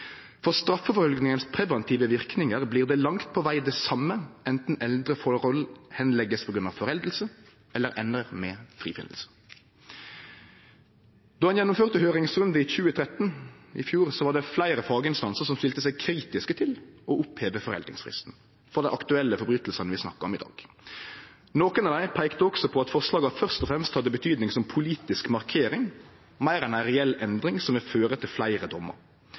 For straffeforfølgningens preventive virkninger blir det langt på vei det samme enten eldre forhold henlegges på grunn av foreldelse eller ender med frifinnelse.» Då ein gjennomførte ei høyringsrunde i 2013, var det fleire faginstansar som stilte seg kritiske til å oppheve foreldingsfristen for dei aktuelle brotsverka vi snakkar om i dag. Nokre av dei peikte også på at forslaga først og fremst hadde betydning som politisk markering, meir enn ei reell endring som vil føre til fleire dommar.